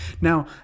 Now